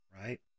right